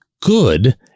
good